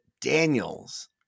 Daniels